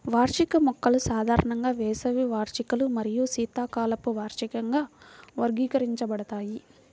వార్షిక మొక్కలు సాధారణంగా వేసవి వార్షికాలు మరియు శీతాకాలపు వార్షికంగా వర్గీకరించబడతాయి